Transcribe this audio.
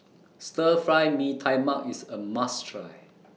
Stir Fry Mee Tai Mak IS A must Try